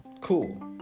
cool